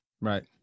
Right